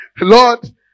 Lord